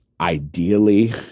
ideally